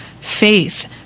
faith